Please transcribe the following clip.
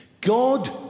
God